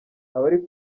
abari